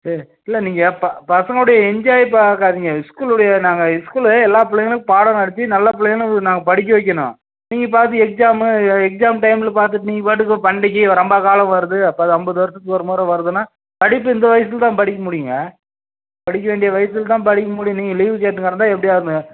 இல்லை நீங்கள் பசங்களோட என்ஜாய் பார்க்காதீங்க ஸ்கூலோட நாங்கள் இஸ்கூலு எல்லா பிள்ளைங்களும் பாடம் நடத்தி நல்லா பிள்ளைங்கள நாங்க படிக்க வைக்கிணும் நீங்கள் பாதி எக்ஜாமு எக்ஜாம் டைமில் பாத்துட்டு நீங்கள் பாட்டுக்கு பண்டிகை ரொம்ப காலம் வருது ஐம்பது வருசத்துக்கு ஒரு முறை வருதுன்னா படிப்பு இந்த வயசுல தான் படிக்க முடியும்ங்க படிக்க வேண்டிய வயசுல தான் படிக்க முடியும் நீங்கள் லீவு கேட்டு கிடந்தா எப்டி